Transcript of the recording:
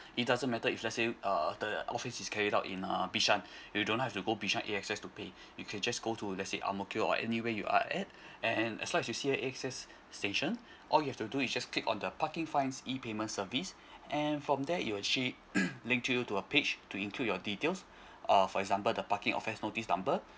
it doesn't matter if let's say uh the office is carried out in um bishan you don't have to go bishan A_X_S to pay you can just go to let's say ang mo kio or anywhere you are at and as long as you see the A_X_S station all you have to do is just click on the parking fines e payment service and from there you actually link you to a page to include your details uh for example the parking offense notice number